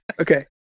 Okay